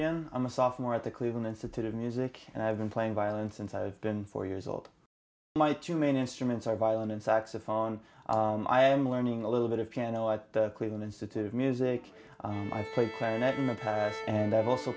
serbian i'm a sophomore at the cleveland institute of music and i've been playing violence since i've been four years old my two main instruments are violin and saxophone i am learning a little bit of piano at the cleveland institute of music i play clarinet in the past and i've also